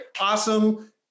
Awesome